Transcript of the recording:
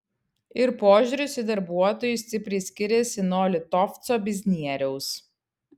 ir požiūris į darbuotojus stipriai skiriasi nuo litovco biznieriaus